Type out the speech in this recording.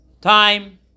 time